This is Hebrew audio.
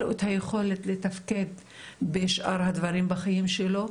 לו את היכולת לתפקד בשאר הדברים בחיים שלו.